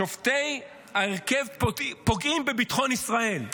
שופטי ההרכב פוגעים בביטחון ישראל".